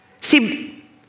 See